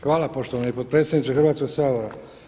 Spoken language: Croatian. Hvala poštovani potpredsjedniče Hrvatskog sabora.